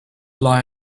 lie